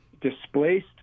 displaced